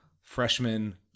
freshman